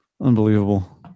Unbelievable